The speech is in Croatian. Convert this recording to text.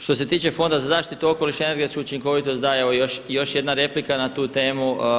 Što se tiče Fonda za zaštitu okoliša i energetsku učinkovitost da evo još jedna replika na tu temu.